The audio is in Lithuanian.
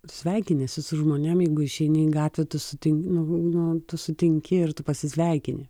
sveikiniesi su žmonėm jeigu išeini į gatvę tu sutin nu nu tu sutinki ir tu pasisveikini